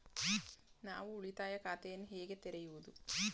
ನಾನು ಉಳಿತಾಯ ಖಾತೆಯನ್ನು ಹೇಗೆ ತೆರೆಯುವುದು?